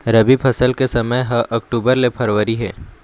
रबी फसल के समय ह अक्टूबर ले फरवरी हे